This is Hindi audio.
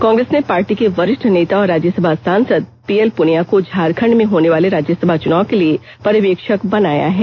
कांग्रेस ने पार्टी के वरिष्ठ नेता और राज्यसभा सांसद पीएल पुनिया को झारखंड में होने वाले राज्यसभा चुनाव के लिए पर्वेक्षक बनाया है